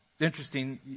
interesting